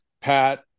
Pat